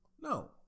No